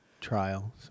trial